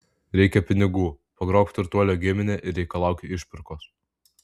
reikia pinigų pagrobk turtuolio giminę ir reikalauk išpirkos